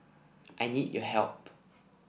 I need your help